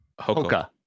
Hoka